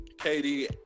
katie